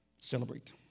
Celebrate